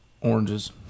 Oranges